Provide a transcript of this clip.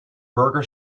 burger